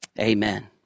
amen